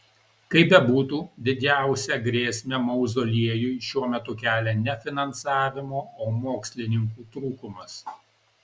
kaip bebūtų didžiausią grėsmę mauzoliejui šiuo metu kelia ne finansavimo o mokslininkų trūkumas